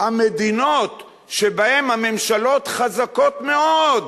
המדינות שבהן הממשלות חזקות מאוד,